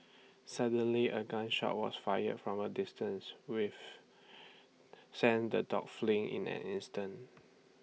suddenly A gun shot was fired from A distance with sent the dogs fleeing in an instant